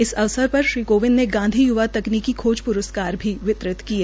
इस अवसर पर श्री कोविंद ने गांधी य्वा तकनीकी खोज प्रस्कार भी वितरित किए